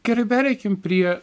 gerai pereikim prie